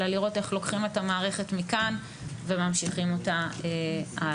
אלא לראות איך לוקחים את המערכת מכאן וממשיכים איתה הלאה.